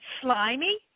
slimy